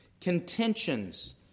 contentions